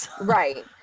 Right